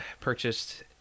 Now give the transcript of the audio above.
purchased